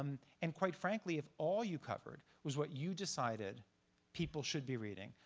um and quite frankly, if all you covered was what you decided people should be reading,